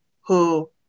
who-